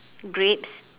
grapes